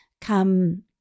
come